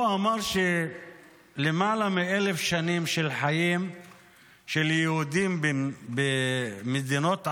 הוא אמר שלמעלה מ-1,000 שנים של חיים של יהודים במדינות ערב,